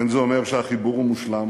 אין זה אומר שהחיבור הוא מושלם,